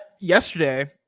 yesterday